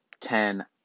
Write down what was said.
Ten